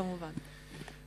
כמובן.